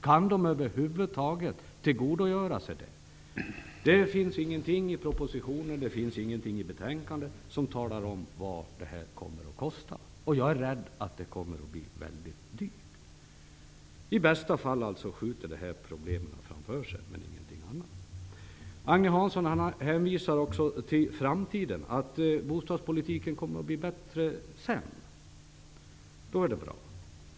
Kan de över huvud taget tillgodogöra sig det? Det finns ingenting i propositionen och betänkandet som talar om vad detta kommer att kosta. Jag är rädd att det kommer att bli väldigt dyrt. I bästa fall skjuter man problemen framför sig, men ingenting annat. Agne Hansson hänvisar till framtiden, att bostadspolitiken kommer att bli bättre längre fram, och då blir det bra.